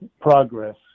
Progress